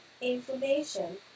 information